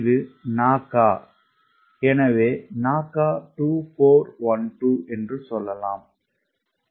இது NACA எனவே NACA 2412 என்று சொல்லலாம்